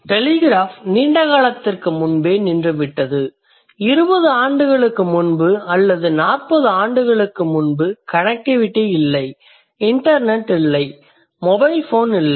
telegraph நீண்ட காலத்திற்கு முன்பே நின்றுவிட்டது 20 ஆண்டுகளுக்கு முன்பு அல்லது 40 ஆண்டுகளுக்கு முன்பு கனெக்டிவிட்டி இல்லை இண்டெர்நெட் இல்லை மொபைல்போன் இல்லை